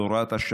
עד הוראת השעה,